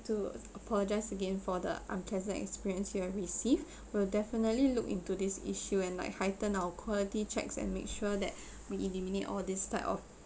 to apologise again for the unpleasant experience you have received we'll definitely look into this issue and like heightened our quality checks and make sure that we eliminate all these type of